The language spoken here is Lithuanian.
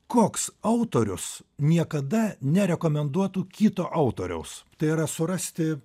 koks autorius niekada nerekomenduotų kito autoriaus tai yra surasti